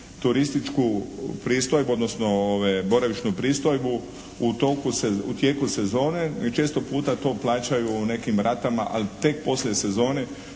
turističku pristojbu odnosno boravišnu pristojbu u tijeku sezone. Često puta to plaćaju u nekim ratama ali tek poslije sezone